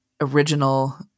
original